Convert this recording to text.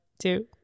two